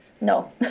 No